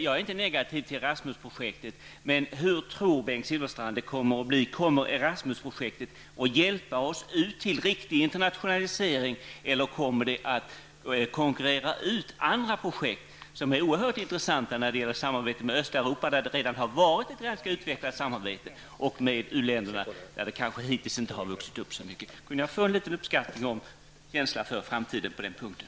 Jag är inte negativ till Erasmus-projektet, men tror Bengt Silfverstrand att Erasmus-projektet kommer att hjälpa oss till en riktig internationalisering eller kommer det att konkurrera ut andra projekt, som är oerhört intressanta när det gäller samarbetet med Östeuropa som vi redan haft ett ganska utvecklat samarbete med? Detsamma gäller samarbete med u-länderna, där det kanske ännu inte har hänt så mycket. Har Bengt Silfverstrand någon känsla för framtiden på den punkten?